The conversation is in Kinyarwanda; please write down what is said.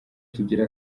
tugira